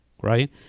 right